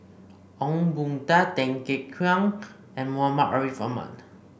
Ong Boon Tat Tan Kek Hiang and Muhammad Ariff Ahmad